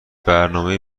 برنامهای